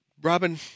Robin